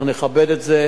אנחנו נכבד את זה,